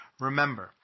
Remember